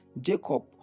Jacob